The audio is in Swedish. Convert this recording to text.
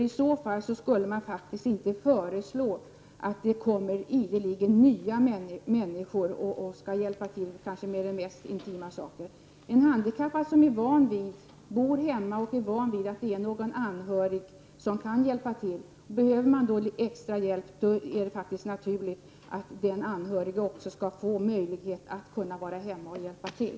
I så fall skulle hon inte ha föreslagit att det ideligen skall komma nya människor och hjälpa till med de kanske mest intima sakerna. En handikappad som bor hemma är van vid att en anhörig hjälper till. Behöver den handikappade extra hjälp är det naturligt att den anhörige skall kunna få en möjlighet att kunna vara hemma och hjälpa till.